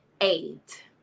eight